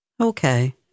Okay